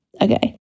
Okay